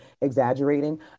exaggerating